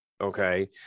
Okay